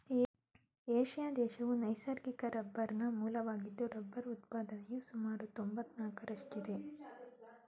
Asia ದೇಶವು ನೈಸರ್ಗಿಕ ರಬ್ಬರ್ನ ಮೂಲವಾಗಿದ್ದು ರಬ್ಬರ್ ಉತ್ಪಾದನೆಯು ಸುಮಾರು ತೊಂಬತ್ನಾಲ್ಕರಷ್ಟಿದೆ